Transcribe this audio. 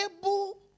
able